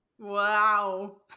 Wow